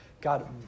God